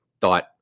thought